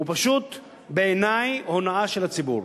הם בעיני פשוט הונאה של הציבור.